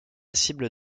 cible